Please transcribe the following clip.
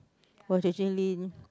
while J_J-Lin